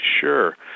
Sure